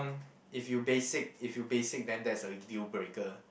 if you basic if you basic then that's a dealbreaker